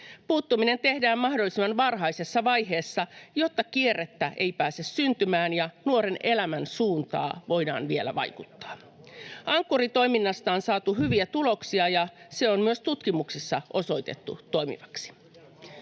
Puuttuminen tehdään mahdollisimman varhaisessa vaiheessa, jotta kierrettä ei pääse syntymään ja nuoren elämän suuntaan voidaan vielä vaikuttaa. [Mika Niikko: Kaunista puhetta, mutta voi voi!] Ankkuri-toiminnasta on saatu hyviä tuloksia, ja se on myös tutkimuksissa osoitettu toimivaksi.